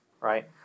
right